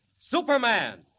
Superman